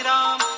Ram